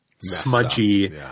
smudgy